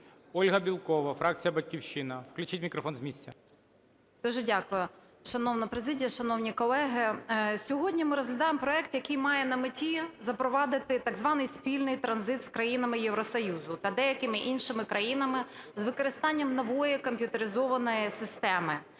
Ольга Бєлькова, фракція "Батьківщина". Включіть мікрофон з місця. 13:18:23 БЄЛЬКОВА О.В. Дуже дякую. Шановна президія, шановні колеги, сьогодні ми розглядаємо проект, який має на меті запровадити так званий спільний транзит з країнами Євросоюзу та деякими іншими країнами з використанням нової комп'ютеризованої системи,